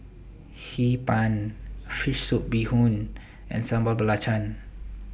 Hee Pan Fish Soup Bee Hoon and Sambal Belacan